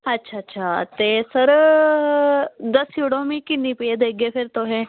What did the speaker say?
अच्छा अच्छा ते सर दस्सी ओड़ो मी किन्नी पे देगे फिर तुसे